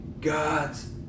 God's